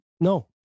No